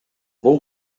бул